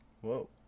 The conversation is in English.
Whoa